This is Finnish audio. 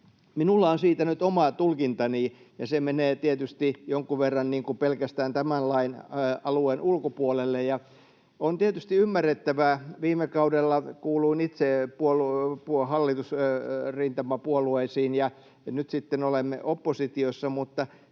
Minulla on siitä nyt oma tulkintani, ja se menee tietysti jonkun verran pelkästään tämän lain alueen ulkopuolelle. Viime kaudella kuuluin itse hallitusrintamapuolueisiin, ja nyt sitten olemme oppositiossa, mutta